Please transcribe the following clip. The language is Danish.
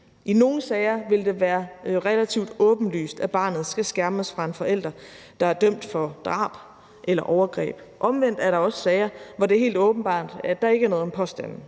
I nogle sager vil det være relativt åbenlyst, at barnet skal skærmes fra en forælder, der er dømt for drab eller overgreb. Omvendt er der også sager, hvor det er helt åbenbart, at der ikke er noget om påstanden.